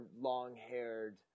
long-haired